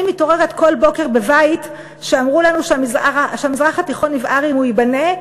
אני מתעוררת כל בוקר בבית שאמרו לנו שהמזרח התיכון יבער אם הוא ייבנה,